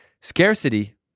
scarcity